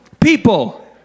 people